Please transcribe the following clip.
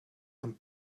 and